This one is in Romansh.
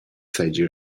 seigi